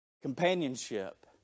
companionship